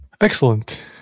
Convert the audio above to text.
excellent